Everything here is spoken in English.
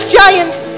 giants